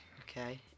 Okay